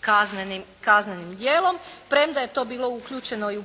kaznenim djelom. Premda je to bilo uključeno i u